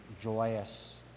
joyous